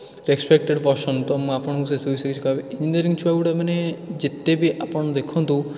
respected person ତ ମୁଁ ଆପଣଙ୍କୁ ସେସବୁ ବିଷୟରେ କିଛି କହିବି ଇଞ୍ଜିନିୟରିଙ୍ଗ୍ ଛୁଆଗୁଡ଼ା ମାନେ ଯେତେ ବି ଆପଣ ଦେଖନ୍ତୁ